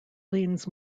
leans